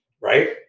Right